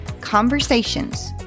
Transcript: Conversations